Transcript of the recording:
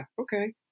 okay